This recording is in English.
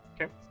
Okay